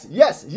yes